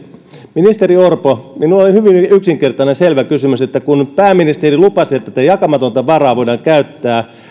ministeri orpo minulla oli hyvin yksinkertainen selvä kysymys kun pääministeri lupasi että tätä jakamatonta varaa voidaan käyttää